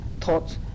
thoughts